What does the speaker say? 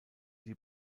die